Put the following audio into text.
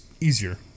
easier